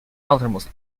outermost